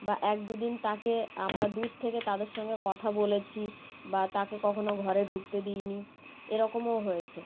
বা এক দু দিন তাকে আমরা দূর থেকে তাদের সঙ্গে কথা বলেছি বা তাকে কখনো ঘরে ঢুকতে দিই নি এরকমও হয়েছে